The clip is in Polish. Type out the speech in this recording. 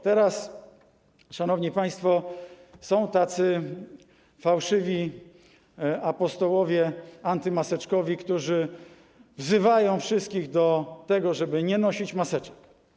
Teraz, szanowni państwo, są tacy fałszywi apostołowie antymaseczkowi, którzy wzywają wszystkich do tego, żeby nie nosić maseczek.